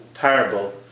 terrible